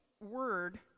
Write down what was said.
word